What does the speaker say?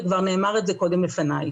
וזה כבר נאמר קודם לפניי.